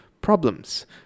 problems